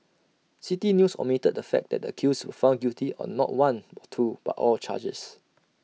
City News omitted the fact that the accused were found guilty on not one or two but all charges